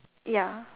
ya